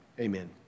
Amen